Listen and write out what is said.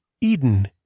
Eden